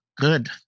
good